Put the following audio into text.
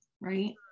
right